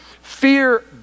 fear